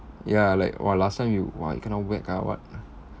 ya like !wah! last time you !wah! you kena whack ah what